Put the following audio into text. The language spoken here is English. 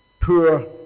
poor